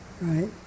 Right